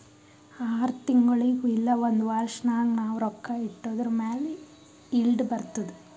R ತಿಂಗುಳಿಗ್ ಇಲ್ಲ ಒಂದ್ ವರ್ಷ ನಾಗ್ ನಾವ್ ರೊಕ್ಕಾ ಇಟ್ಟಿದುರ್ ಮ್ಯಾಲ ಈಲ್ಡ್ ಬರ್ತುದ್